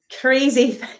crazy